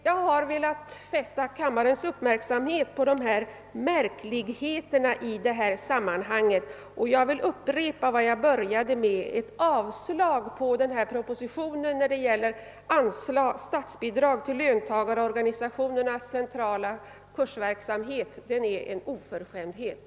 Jag har velat fästa kammarens uppmärksamhet på dessa orimligheter. Jag vill upprepa vad jag började med: ett avslag på propositionen i vad avser statsbidrag till löntagarorganisationernas centrala kursverksamhet vore en oförskämdhet.